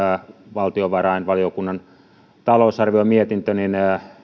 valtiovarainvaliokunnan talousarviomietintö niin